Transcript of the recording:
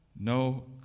No